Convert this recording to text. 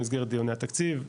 במסגרת דיוני התקציב,